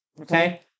Okay